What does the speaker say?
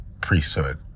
priesthood